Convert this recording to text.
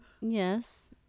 Yes